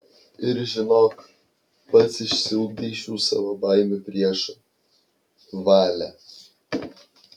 ir žinok pats išsiugdei šių savo baimių priešą valią